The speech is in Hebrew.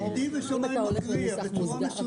שמאי נגדי ושמאי מכריע, בצורה מסודרת.